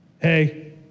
hey